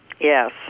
yes